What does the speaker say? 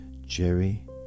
Jerry